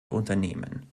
unternehmen